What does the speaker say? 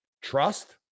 Trust